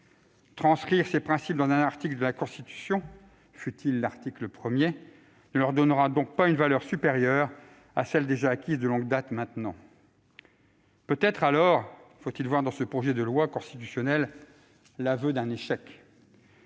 Transcrire ces principes dans un article de la Constitution, fût-ce l'article 1, ne leur conférera donc pas une valeur supérieure à celle déjà acquise de longue date. Peut-être faut-il voir dans ce projet de loi constitutionnelle l'aveu d'un échec